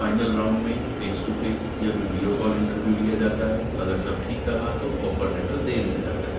final round میں face to face یا video call interview لیا جاتا ہے اگر سب ٹھیک رہا تو آفر لیٹر دے دیا جاتا ہے